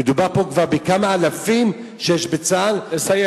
מדובר פה כבר בכמה אלפים שיש בצה"ל, נא לסיים.